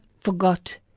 forgot